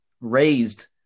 raised